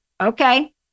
Okay